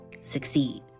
succeed